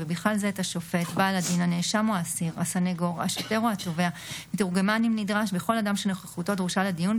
ולא יסלחו לו אם לא יתעלה לגודל השעה.